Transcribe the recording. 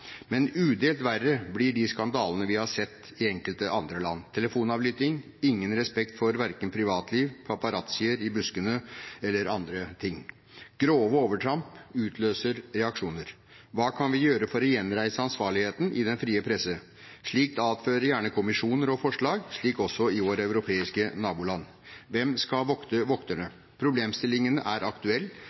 Men udelt verre blir de skandalene vi har sett i enkelte andre land, med telefonavlytting, ingen respekt for privatliv, paparazzier i buskene og andre ting. Grove overtramp utløser reaksjoner. Hva kan vi gjøre for å gjenreise ansvarligheten i den frie presse? Slikt avføder gjerne kommisjoner og forslag, slik også i våre europeiske naboland. Hvem skal vokte vokterne? Problemstillingen er aktuell,